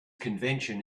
convention